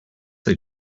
they